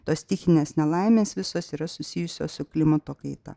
tos stichinės nelaimės visos yra susijusios su klimato kaita